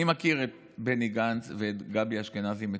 אני מכיר את בני גנץ ואת גבי אשכנזי מצוין.